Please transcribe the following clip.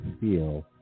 feel